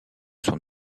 son